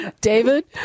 David